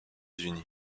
unis